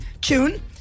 June